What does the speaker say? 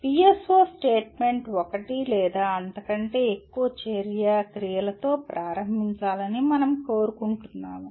PSO statement ఒకటి లేదా అంతకంటే ఎక్కువ చర్య క్రియలతో ప్రారంభించాలని మనం కోరుకుంటున్నాము